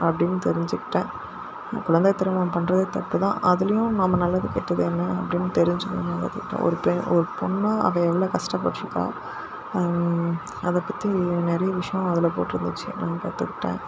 அப்படின்னு தெரிஞ்சுகிட்டேன் குழந்தை திருமணம் பண்ணுறதே தப்புதான் அதிலையும் நம்ம நல்லது கெட்டது என்ன அப்படின்னு தெரிஞ்சுக்கணும் ஒரு பெ ஒரு பொண்ணாக அவள் எவ்வளோ கஷ்டபட்ருக்காள் அதை பற்றி நிறையா விஷயம் அதில் போட்டிருந்துச்சு நான் கற்றுக்கிட்டேன்